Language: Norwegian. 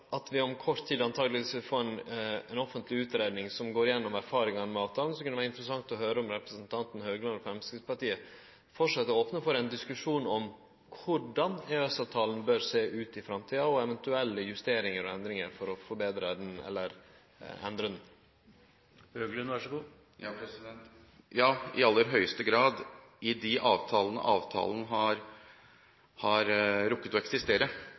at vi om kort tid antakeleg vil få ei offentleg utgreiing som går gjennom erfaringane med avtalen, kunne det vere interessant å høyre om representanten Høglund og Framstegspartiet framleis er opne for ein diskusjon om korleis EØS-avtalen bør sjå ut i framtida, og om eventuelle justeringar og endringar av avtalen. Ja, i aller høyeste grad. I den tiden avtalen har rukket å eksistere,